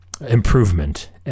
improvement